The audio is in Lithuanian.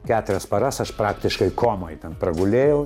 keturias paras aš praktiškai komoj ten pragulėjau